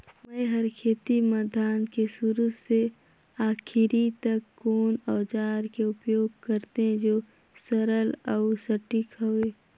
मै हर खेती म धान के शुरू से आखिरी तक कोन औजार के उपयोग करते जो सरल अउ सटीक हवे?